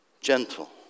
gentle